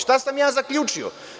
Šta sam ja zaključio?